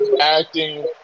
acting